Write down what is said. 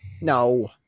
No